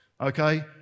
Okay